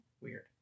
Weird